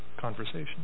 conversation